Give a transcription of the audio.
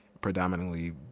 predominantly